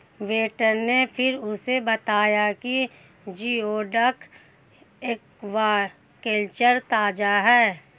waiter ने फिर उसे बताया कि जिओडक एक्वाकल्चर ताजा है